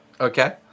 Okay